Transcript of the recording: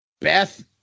Beth